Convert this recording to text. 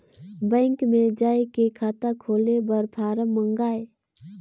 Bank मे जाय के खाता खोले बर फारम मंगाय?